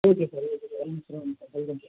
okay sir okay sir